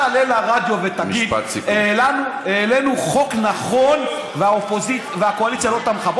אל תעלה לרדיו ותגיד: העלינו חוק נכון והקואליציה לא תמכה.